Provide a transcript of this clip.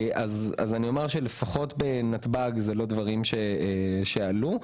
לפחות בנתב"ג זה לא דברים שעלו.